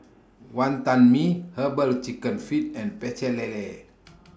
Wantan Mee Herbal Chicken Feet and Pecel Lele